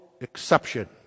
exception